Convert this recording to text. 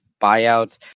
buyouts